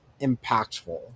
impactful